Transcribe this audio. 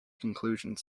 conclusions